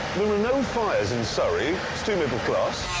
there were no fires in surrey. it's too middle class.